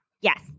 Yes